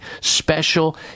special